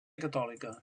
catòlica